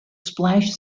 splash